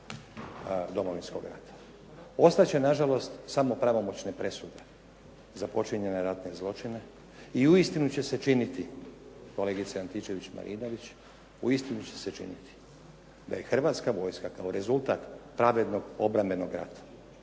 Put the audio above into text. Ostat će nažalost samo pravomoćne presude za počinjene ratne zločine i uistinu će se činiti kolegice Antičević-Marinović da je Hrvatska vojska kao rezultat pravednog obrambenog rata